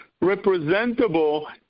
representable